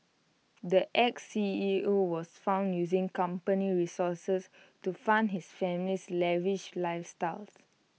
the Ex C E O was found using company resources to fund his family's lavish lifestyles